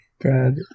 Brad